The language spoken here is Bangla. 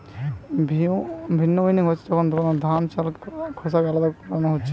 ভিন্নউইং হচ্ছে যখন ধানকে চাল আর খোসা ভাবে আলদা করান হইছু